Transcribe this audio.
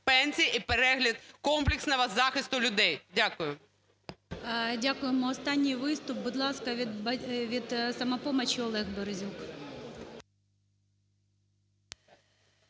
пенсій і перегляд комплексного захисту людей. Дякую. ГОЛОВУЮЧИЙ. Дякуємо. Останній виступ, будь ласка, від "Самопомочі" Олег Березюк.